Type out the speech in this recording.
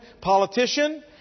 politician